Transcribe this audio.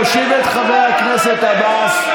להושיב את חבר הכנסת עבאס,